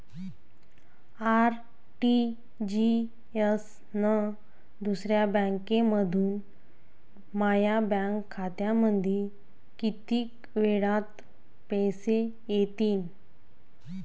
RTGS न दुसऱ्या बँकेमंधून माया बँक खात्यामंधी कितीक वेळातं पैसे येतीनं?